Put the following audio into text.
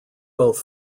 both